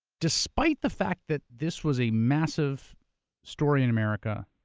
despite the fact that this was a massive story in america,